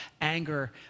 anger